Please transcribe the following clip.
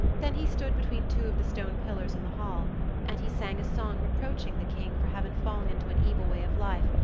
then he stood between two of the stone pillars in the hall and he sang a song reproaching the king for having fallen into an evil way of life,